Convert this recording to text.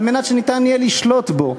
על מנת שניתן יהיה לשלוט בו.